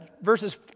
verses